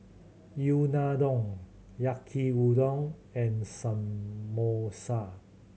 Unadon Yaki Udon and Samosa